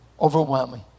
Overwhelming